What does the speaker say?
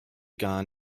gar